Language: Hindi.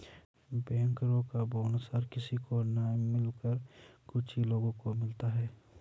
बैंकरो का बोनस हर किसी को न मिलकर कुछ ही लोगो को मिलता है